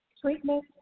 treatment